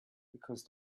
because